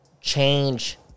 change